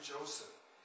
Joseph